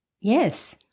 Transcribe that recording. Yes